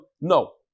No